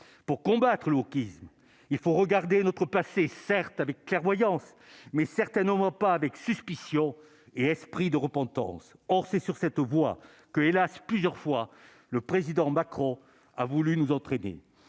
pour combattre le wokisme, il faut regarder notre passé, certes avec clairvoyance mais certainement pas avec suspicion et esprit de repentance, or c'est sur cette voie que hélas plusieurs fois le président Macron a voulu nous entraîner